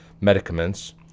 medicaments